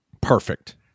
perfect